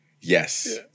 Yes